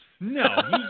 no